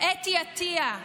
אתי עטייה,